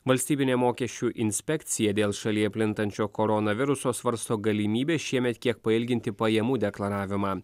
valstybinė mokesčių inspekcija dėl šalyje plintančio koronaviruso svarsto galimybę šiemet kiek pailginti pajamų deklaravimą